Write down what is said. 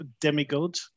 Demigod